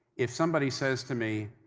if somebody says to me,